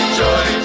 joy